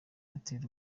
airtel